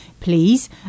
please